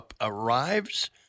arrives